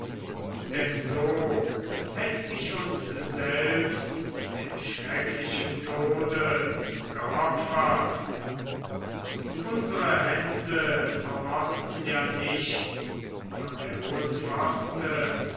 denn so hätt ich uns selbst dem schrecklichen tode geopfert unsere hände vermochten ja nicht von der hohen pforte